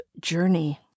journey